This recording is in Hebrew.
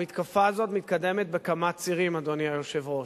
המתקפה הזאת מתקדמת בכמה צירים, אדוני היושב-ראש.